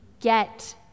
get